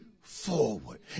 forward